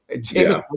James